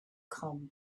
come